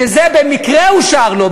שבמקרה זה אושר לו,